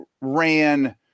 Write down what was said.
ran